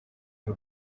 y’u